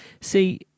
See